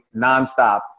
nonstop